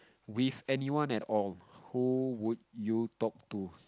with anyone at all who would you talk to